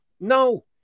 No